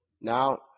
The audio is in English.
now